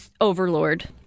overlord